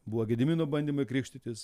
buvo gedimino bandymai krikštytis